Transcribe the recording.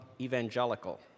evangelical